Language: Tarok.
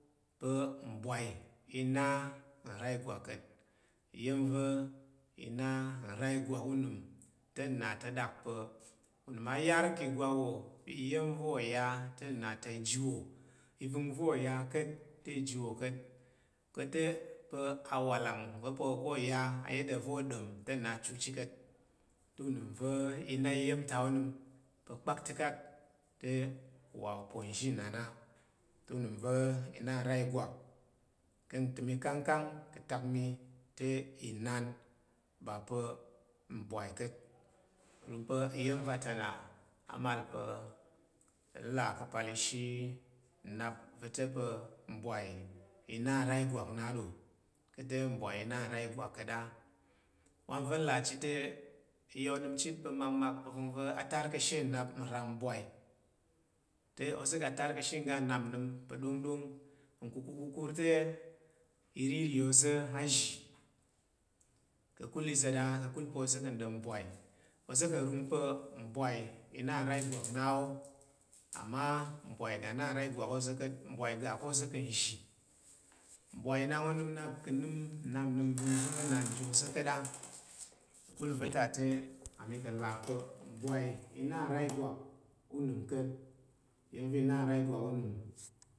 Pa̱ mbwai i na nra igwak ka̱t iyəngva̱ i na ura igwak va̱ unəm te na to ɗak pa̱ unəm a yar ka̱ ìgwak wo pa̱ iya̱m va̱ o ya te na ta iji wo ivengva̱ ka̱t te ji wokat kat te pa a wakang vo polo ya aya da vo o ɗom te achu chit kat ta̱ uva̱ i na iya̱m ta onəm pa̱ pa chichat te uwa uponzhinan a to unəm va̱ i na ra igwak ka̱ təm ikangkang ka ta mi te inan ɓa pa̱ mbwai ka̱t nva̱ng pa̱ iyen vata naal pa̱ n kaa̱pal ishi nnap va̱ ta pa̱ mbwai i na nra igwak na do kat te mbwai i na nra igwak ka̱t a wan va̱ nlà chit te nya onəm chit pa makmak vəngva̱ tar ka̱ ashe nra mbwai te oza̱ ga tar ka̱ she nnap nəm pa̱ ɗonggɗong nkukur kukun. te iriri oza̱ a zhi kaku izeda kakul pa̱ oza̱ ka̱ ɗon mbwai oza̱ ka̱t va pa̱ ambwai i na nra igwak na wo ama mbwai ga na ura igwak oza̱ ka̱t mbwai ga ko oza̱ ka̱ zhi mbwai nak onəm nak kan nəm apabim va̱ nji oza̱ ka̱ ta kakul nva̱tate ma kun là pa mbwai i na ura igwak iya̱m va̱ na nya igwag unəm.